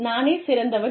நானே சிறந்தவன்